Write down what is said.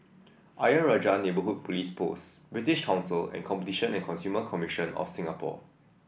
Ayer Rajah Neighbourhood Police Post British Council and Competition and Consumer Commission of Singapore